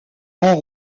rend